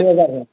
छह हज़ार भेण